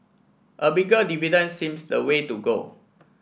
a bigger dividend seems the way to go